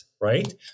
right